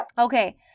Okay